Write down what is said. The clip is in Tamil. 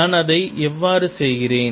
நான் அதை எவ்வாறு செய்கிறேன்